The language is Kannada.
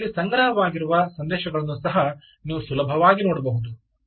ಮತ್ತು ಅಲ್ಲಿ ಸಂಗ್ರಹವಾಗಿರುವ ಸಂದೇಶಗಳನ್ನು ಸಹ ನೀವು ಸುಲಭವಾಗಿ ನೋಡಬಹುದು